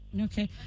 Okay